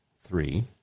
three